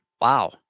wow